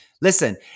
Listen